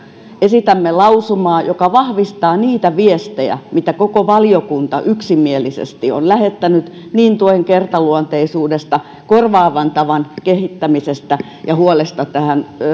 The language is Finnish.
esitämme lausumaa joka vahvistaa niitä viestejä mitä koko valiokunta yksimielisesti on lähettänyt tuen kertaluonteisuudesta korvaavan tavan kehittämisestä ja huolesta tästä